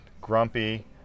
grumpy